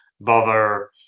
bother